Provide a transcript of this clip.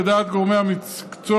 לדעת גורמי המקצוע,